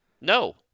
No